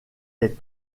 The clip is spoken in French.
les